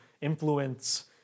influence